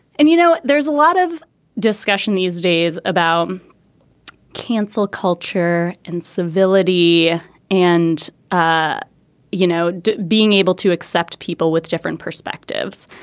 and you know there's a lot of discussion these days about cancel culture and civility and ah you know being able to accept people with different perspectives.